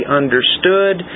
understood